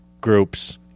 groups